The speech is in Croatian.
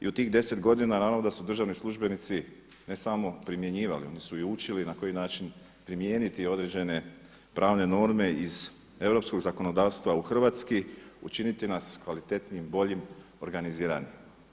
I u tih 10 godine naravno da su državni službenici ne samo primjenjivali, oni su i učili na koji način primijeniti određene pravne norme iz europskog zakonodavstva u hrvatski, učiniti nas kvalitetnijim, boljim, organiziranijim.